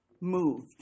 Moved